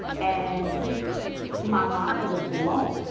and my mind was blown.